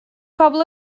pobl